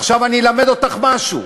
עכשיו אני אלמד אותך משהו.